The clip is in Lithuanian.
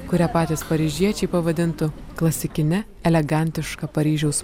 kurią patys paryžiečiai pavadintų klasikine elegantiška paryžiaus